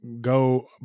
go